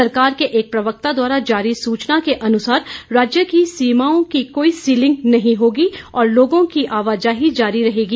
सरकार के एक प्रवक्ता द्वारा जारी सूचना के अनुसार राज्य की सीमाओं की कोई सीलिंग नहीं होगी और लोगों की आवाजाही जारी रहेंगी